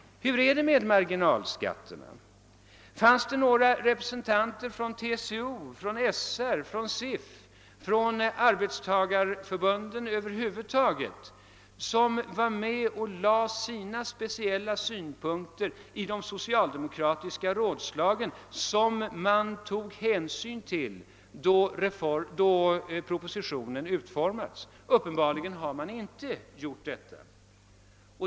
Hur är det med marginalskatterna? Fanns det några representanter för TCO, SB, SIF eller från arbetstagarorganisationerna i övrigt med för att lägga fram sina speciella synpunkter vid de socialdemokratiska rådslagen? Tog man i så fall hänsyn till dessa synpunkter då propositionen utformades? Uppenbarligen har man inte gjort detta.